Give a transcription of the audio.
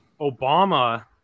Obama